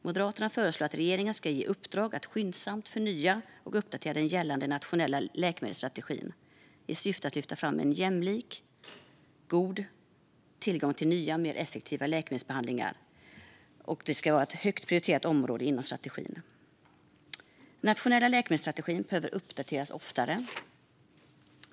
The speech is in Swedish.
Moderaterna föreslår att regeringen ska ge i uppdrag att skyndsamt förnya och uppdatera den gällande nationella läkemedelsstrategin i syfte att lyfta fram att jämlik och god tillgång till nya, mer effektiva läkemedelsbehandlingar ska vara ett högt prioriterat område inom strategin. Den nationella läkemedelsstrategin behöver uppdateras oftare.